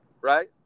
right